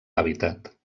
hàbitat